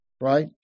right